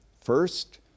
first